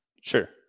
Sure